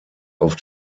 auf